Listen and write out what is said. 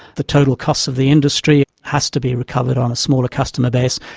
the total costs of the industry has to be recovered on a smaller customer base,